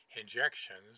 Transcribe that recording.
injections